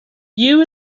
you